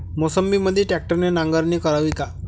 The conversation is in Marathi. मोसंबीमंदी ट्रॅक्टरने नांगरणी करावी का?